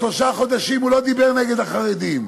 שלושה חודשים הוא לא דיבר נגד החרדים.